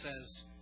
says